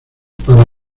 para